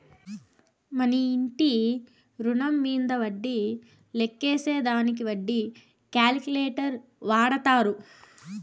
మన ఇంటి రుణం మీంద వడ్డీ లెక్కేసే దానికి వడ్డీ క్యాలిక్యులేటర్ వాడతారు